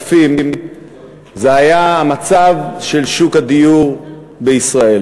זה היה המצב של שוק הדיור בישראל.